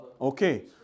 Okay